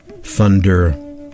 thunder